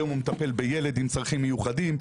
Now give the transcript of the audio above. היום הוא מטפל בילד עם צרכים מיוחדים,